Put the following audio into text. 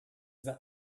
that